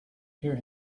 hear